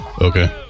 Okay